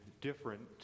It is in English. different